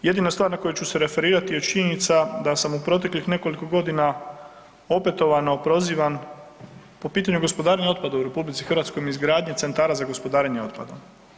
Jedina stvar na koju ću se referirati jest činjenica da sam u proteklih nekoliko godina opetovano prozivan po pitanju gospodarenja otpadom u RH i izgradnje centara za gospodarenjem otpadom.